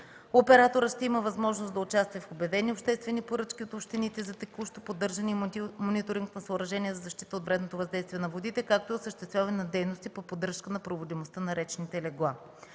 Операторът ще има възможност за участие в обявени обществени поръчки от общините за текущо поддържане и мониторинг на съоръжения за защита от вредното въздействие на водите, както и осъществяване на дейности по поддръжка на проводимостта на речните легла.